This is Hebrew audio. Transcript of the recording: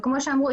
וכמו שאמרו,